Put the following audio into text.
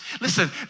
listen